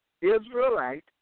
Israelite